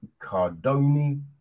Cardoni